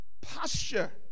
posture